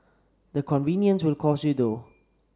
the convenience will cost you though